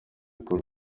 cool